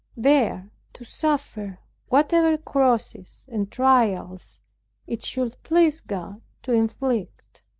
there to suffer whatever crosses and trials it should please god to inflict.